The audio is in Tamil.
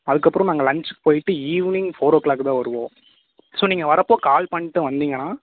அதுக்கப்புறம் நாங்கள் லஞ்ச்சுக்கு போய்விட்டு ஈவினிங் ஃபோர் ஓ கிளாக்கு தான் வருவோம் ஸோ நீங்கள் வரப்போ கால் பண்ணிட்டு வந்தீங்கன்னால்